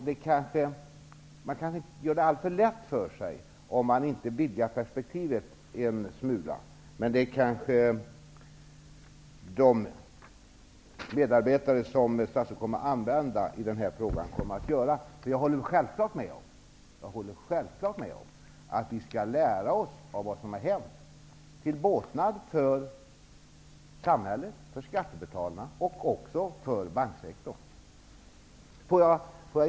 Man kanske gör det alltför lätt för sig om man inte vidgar perspektivet en smula. Men det kommer kanske de medarbetare som statsrådet kommer att använda sig av att göra. Jag håller självfallet med om att vi skall lära oss av vad som har hänt, till båtnad för samhället, skattebetalarna och även för banksektorn. Herr talman!